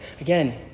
again